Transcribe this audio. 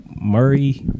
Murray